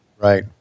Right